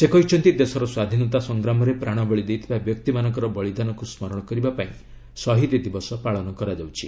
ସେ କହିଛନ୍ତି ଦେଶର ସ୍ୱାଧୀନତା ସଂଗ୍ରାମରେ ପ୍ରାଣବଳି ଦେଇଥିବା ବ୍ୟକ୍ତିମାନଙ୍କର ବଳିଦାନକୁ ସ୍କରଣ କରିବାପାଇଁ ଶହୀଦ୍ ଦିବସ ପାଳନ କରାଯାଉଛି